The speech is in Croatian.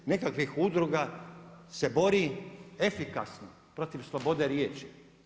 10 nekakvih udruga se bori efikasno protiv slobode riječi.